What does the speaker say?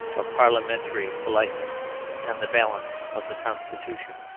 of parliamentary politeness and the balance of the constitution.